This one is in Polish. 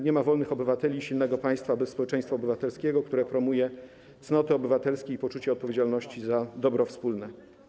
Nie ma wolnych obywateli i silnego państwa bez społeczeństwa obywatelskiego, które promuje cnoty obywatelskie i poczucie odpowiedzialności za dobro wspólne.